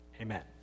Amen